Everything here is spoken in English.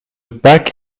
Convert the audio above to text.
back